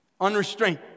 Unrestrained